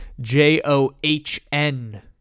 J-O-H-N